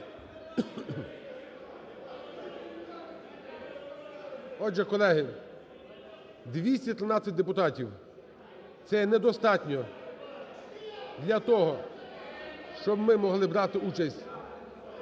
Отже, колеги, 213 депутатів це є недостатньо для того, щоб ми могли брати участь в засіданні.